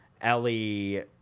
Ellie